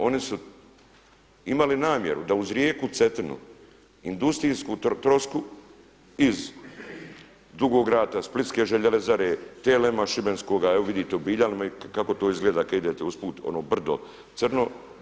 Oni su imali namjeru da uz rijeku Cetinu, industrijsku trosku iz Dugo rata, splitske željezare, TLM šbenskoga, evo vidite u Biljanima kako to izgleda kada idete usput ono brdo crno.